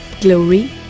glory